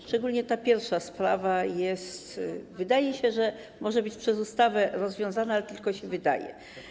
Szczególnie ta pierwsza sprawa, wydaje się, może być przez ustawę rozwiązana, ale tylko się wydaje.